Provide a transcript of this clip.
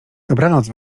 dobranoc